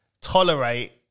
tolerate